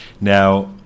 Now